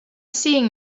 seeing